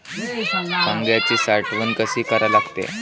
कांद्याची साठवन कसी करा लागते?